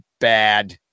bad